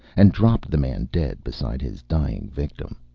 and dropped the man dead beside his dying victim.